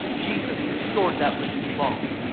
jesus restored that which was lost.